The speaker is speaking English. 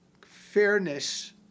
fairness